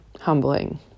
humbling